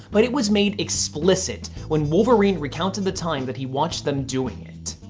but it was made explicit when wolverine recounted the time that he watched them doing it.